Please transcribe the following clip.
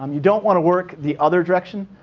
um you don't want to work the other direction,